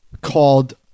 called